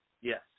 Yes